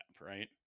right